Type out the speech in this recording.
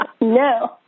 No